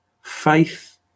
Faith